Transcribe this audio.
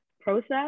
process